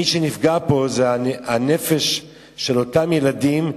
מי שנפגע פה זה הנפש של אותם ילדים,